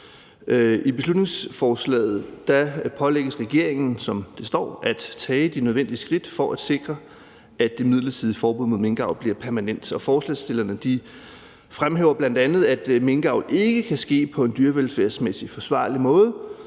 I beslutningsforslaget pålægges regeringen »at tage de nødvendige skridt for at sikre, at det midlertidige forbud mod minkavl bliver permanent.« Forslagsstillerne fremhæver bl.a., at minkavl ikke kan ske på en dyrevelfærdsmæssigt forsvarlig måde,